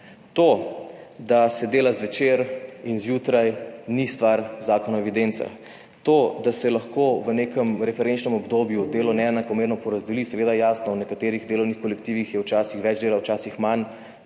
To, da se dela zvečer in zjutraj, ni stvar zakona o evidencah. To, da se lahko v nekem referenčnem obdobju delo neenakomerno porazdeli, seveda jasno, v nekaterih delovnih kolektivih je včasih več dela, včasih manj,